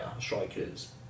strikers